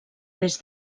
des